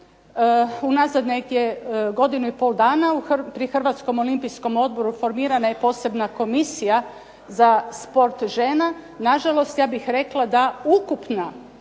Unazad negdje godinu i pol dana pri Hrvatskom olimpijskom odboru formirana je posebna Komisija za sport žena. Nažalost ja bih rekla da ukupna